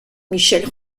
michel